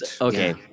okay